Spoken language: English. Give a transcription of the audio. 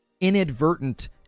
inadvertent